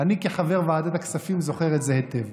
אני כחבר ועדת הכספים זוכר את זה היטב.